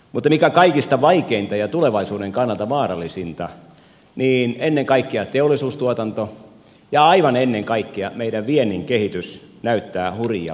mutta mikä kaikista vaikeinta ja tulevaisuuden kannalta vaarallisinta ennen kaikkea teollisuustuotanto ja aivan ennen kaikkea meidän viennin kehitys näyttää hurjia lukemia